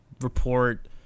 report